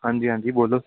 ਹਾਂਜੀ ਹਾਂਜੀ ਬੋਲੋ